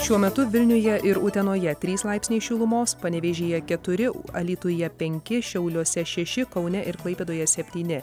šiuo metu vilniuje ir utenoje trys laipsniai šilumos panevėžyje keturi alytuje penki šiauliuose šeši kaune ir klaipėdoje septyni